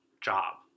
job